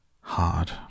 hard